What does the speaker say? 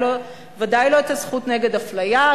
ובוודאי לא את הזכות נגד אפליה,